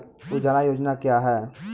उजाला योजना क्या हैं?